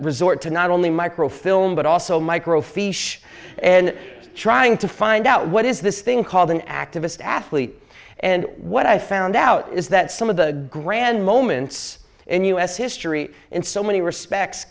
resort to not only micro film but also microfiche and trying to find out what is this thing called an activist athlete and what i found out is that some of the grand moments in u s history in so many respects